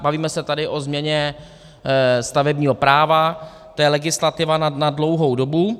Bavíme se tady o změně stavebního práva, to je legislativa na dlouhou dobu.